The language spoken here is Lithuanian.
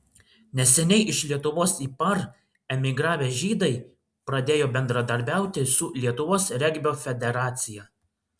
neseniai iš lietuvos į par emigravę žydai pradėjo bendradarbiauti su lietuvos regbio federacija